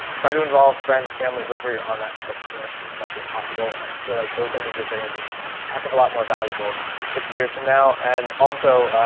tried to involve friends, family, whoever you're on that trip with as much as possible. and i feel like those images are going to be a heck of a lot more valuable fifty years from now. and also,